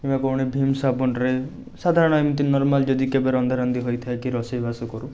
କିମ୍ବା କୌଣସି ଭିମ୍ ସାବୁନରେ ସାଧାରଣ ଏମିତି ନର୍ମାଲ୍ ଯଦି କେବେ ରନ୍ଧାରନ୍ଧି ହୋଇଥାଏ କି ରୋଷେଇବାସ କରୁ